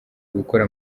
gukora